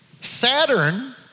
Saturn